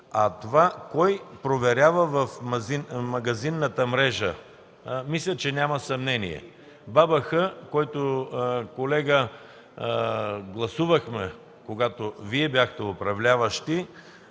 А кой проверява в магазинната мрежа – мисля, че няма съмнение. На БАБХ, която гласувахме, когато Вие бяхте управляващи,